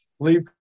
Leave